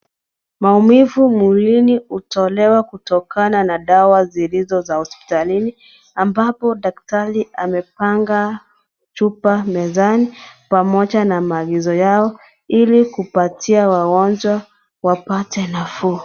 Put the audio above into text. Maumivu mwilini hutolewa kutokana na dawa zilizo za hospitalini ambapo daktari amepanga chupa mezani pamoja na maelezo ya dawa ili kupatia wagonjwa wapate nafuu.